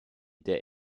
der